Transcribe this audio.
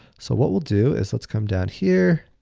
so, what we'll do is let's come down here,